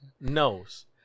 knows